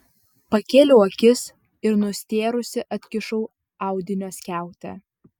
pakėliau akis ir nustėrusi atkišau audinio skiautę